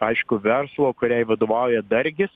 aišku verslo kuriai vadovauja dargis